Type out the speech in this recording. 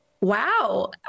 Wow